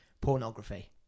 pornography